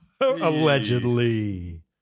Allegedly